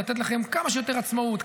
אני משתדל לתת לכם כמה שיותר עצמאות,